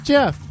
Jeff